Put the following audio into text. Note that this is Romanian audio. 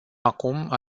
acum